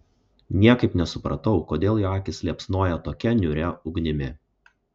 niekaip nesupratau kodėl jo akys liepsnoja tokia niūria ugnimi